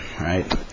right